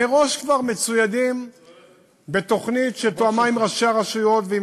מראש כבר מצוידים בתוכנית שתואמה עם ראשי הרשויות ועם